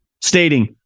stating